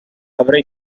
avrei